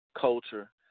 Culture